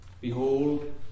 behold